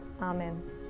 Amen